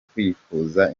kwifuza